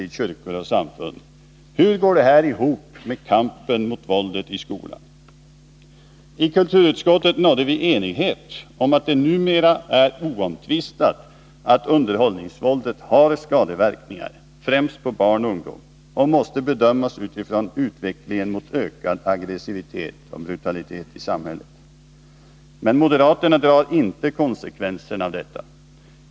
I kulturutskottet nådde vi enighet om att det numera är oomtvistat att underhållningsvåldet medför skadeverkningar främst på barn och ungdom och att det måste bedömas utifrån utvecklingen mot ökad aggressivitet och brutalitet i samhället. Men moderaterna tar inte konsekvenserna av detta.